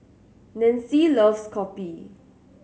Nancy loves kopi